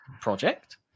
project